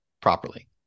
properly